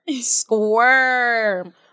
squirm